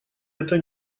это